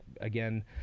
again